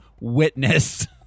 Witness